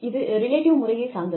இது ரிலேட்டிவ் முறையைச் சார்ந்தது